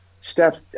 Steph